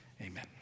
amen